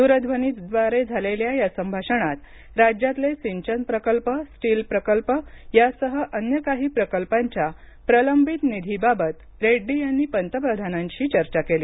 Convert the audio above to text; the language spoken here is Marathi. दूरध्वनीद्वारे झालेल्या या संभाषणात राज्यातले सिंचन प्रकल्प स्टील प्रकल्प यासह अन्य काही प्रकल्पांच्या प्रलंबित निधीबाबत रेड्डी यांनी पंतप्रधानांशी चर्चा केली